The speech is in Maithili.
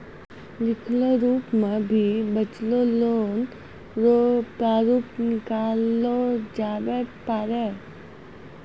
लिखलो रूप मे भी बचलो लोन रो प्रारूप निकाललो जाबै पारै